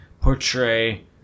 portray